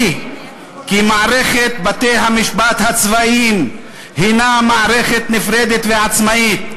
היא כי מערכת בתי-המשפט הצבאיים הנה מערכת נפרדת ועצמאית,